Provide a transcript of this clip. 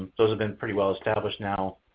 those have been pretty well established now.